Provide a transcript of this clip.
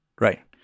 right